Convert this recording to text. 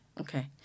Okay